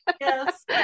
Yes